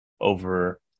over